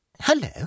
Hello